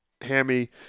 hammy